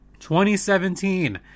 2017